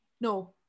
no